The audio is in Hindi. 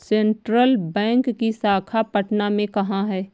सेंट्रल बैंक की शाखा पटना में कहाँ है?